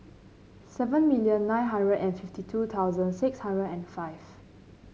seven million nine hundred and fifty two thousand six hundred and five